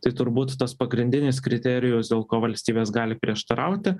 tai turbūt tas pagrindinis kriterijus dėl ko valstybės gali prieštarauti